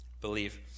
believe